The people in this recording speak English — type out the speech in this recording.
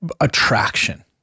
attraction